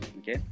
Okay